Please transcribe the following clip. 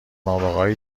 نابغههای